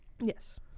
Yes